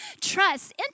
trust